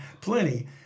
plenty